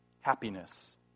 happiness